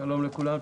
שלום לכולם.